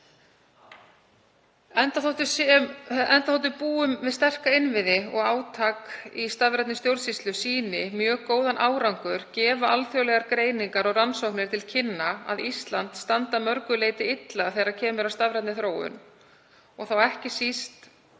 Enda þótt við búum við sterka innviði og átak í stafrænni stjórnsýslu sýni mjög góðan árangur gefa alþjóðlegar greiningar og rannsóknir til kynna að Ísland standi að mörgu leyti illa þegar kemur að stafrænni þróun og þá ekki síst